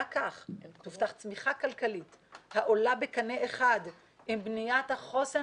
רק כך תובטח צמיחה כלכלית העולה בקנה אחד עם בניית החוסן